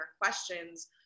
questions